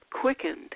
quickened